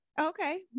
Okay